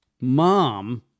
Mom